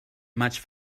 maig